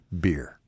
beer